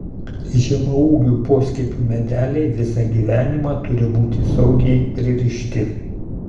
žemaūgių poskiepių medeliai visą gyvenimą turi būti saugiai pririšti